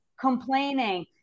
complaining